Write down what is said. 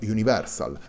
Universal